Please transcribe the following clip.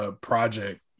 project